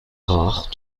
rare